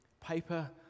Paper